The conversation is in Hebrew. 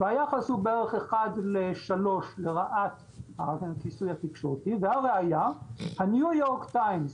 והיחס הוא בערך 1:3 לרעת הכיסוי התקשורתי ולראיה הניו יורק טיימס,